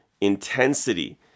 intensity